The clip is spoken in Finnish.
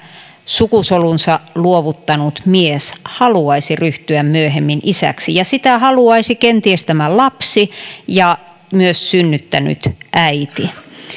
sukusolunsa luovuttanut mies haluaisi ryhtyä myöhemmin isäksi ja sitä haluaisivat kenties tämä lapsi ja myös synnyttänyt äiti